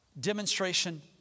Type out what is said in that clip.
demonstration